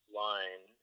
line